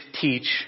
teach